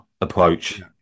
approach